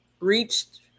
reached